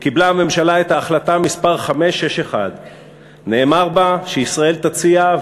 קיבלה הממשלה את ההחלטה מס' 561. נאמר בה שישראל תציע: